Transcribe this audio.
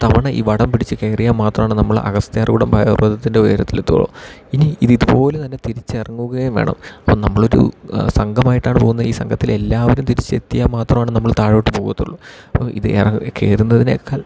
തവണ ഈ വടം പിടിച്ച് കയറിയാൽ മാത്രമാണ് നമ്മള് അഗസ്ത്യാർകൂടം പർവ്വതത്തിൻ്റെ ഉയരത്തിൽ എത്തത്തുള്ളു ഇനി ഇത് ഇതുപോലെ തന്നെ തിരിച്ച് ഇറങ്ങുകയും വേണം അപ്പം നമ്മളൊരു സംഘമായിട്ടാണ് പോകുന്നത് ഈ സംഘത്തിൽ എല്ലാവരും തിരിച്ചെത്തിയാൽ മാത്രമാണ് നമ്മൾ താഴോട്ട് പോകത്തുള്ളു അപ്പം ഇത് എറ കയറുന്നതിനേക്കാൾ